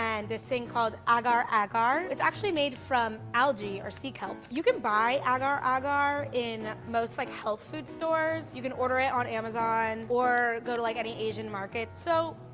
and this thing called agar agar. it's actually made from algae or sea kelp. you can buy agar agar in most like health food stores, you can order it on amazon or go to like any asian market. so,